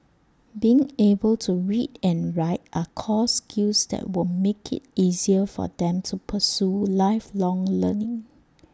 being able to read and write are core skills that will make IT easier for them to pursue lifelong learning